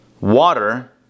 water